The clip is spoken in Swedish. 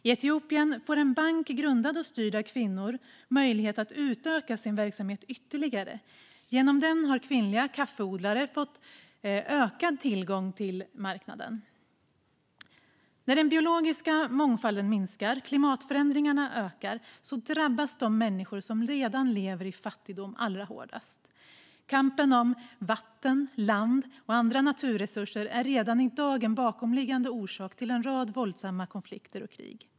I Etiopien får en bank grundad och styrd av kvinnor möjlighet att utöka sin verksamhet ytterligare. Genom den har kvinnliga kaffeodlare fått ökad tillgång till marknaden. När den biologiska mångfalden minskar och klimatförändringarna ökar drabbas människor som redan lever i fattigdom allra hårdast. Kampen om vatten, land och andra naturresurser är redan i dag en bakomliggande orsak till en rad våldsamma konflikter och krig.